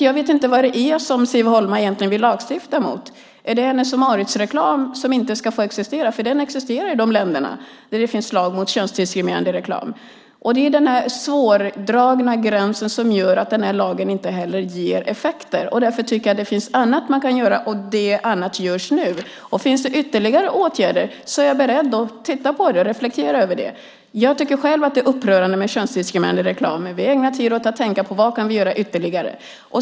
Jag vet inte vad det är som Siv Holma egentligen vill lagstifta mot. Är det Hennes & Mauritz-reklam som inte ska få existera? Den existerar i de länder där det finns lag mot könsdiskriminerande reklam. Det är den svårdragna gränsen som gör att lagen inte heller ger effekter. Det finns annat man kan göra. Detta andra görs nu. Finns det ytterligare åtgärder är jag beredd att titta på det och reflektera över det. Jag tycker själv att det är upprörande med könsdiskriminerande reklam. Vi ägnar tid åt att tänka på: Vad kan vi göra ytterligare?